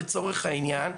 לצורך העניין,